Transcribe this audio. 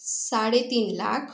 साडेतीन लाख